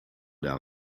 der